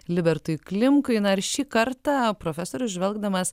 libertui klimkai na ar šį kartą profesorius žvelgdamas